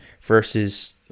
versus